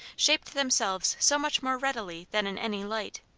shape themselves so much more readily than in any light.